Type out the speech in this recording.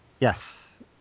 Yes